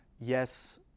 Yes